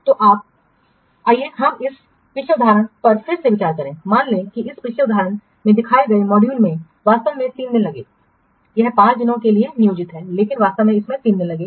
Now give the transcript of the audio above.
तो आइए हम इस पिछले उदाहरण पर फिर से विचार करें मान लें कि इस पिछले उदाहरण में दिखाए गए मॉड्यूल में वास्तव में 3 दिन लगे यह 5 दिनों के लिए नियोजित है लेकिन वास्तव में इसमें 3 दिन लगे हैं